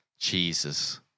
Jesus